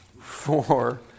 four